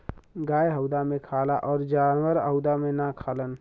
गाय हउदा मे खाला अउर जानवर हउदा मे ना खालन